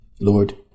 Lord